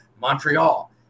Montreal